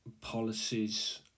policies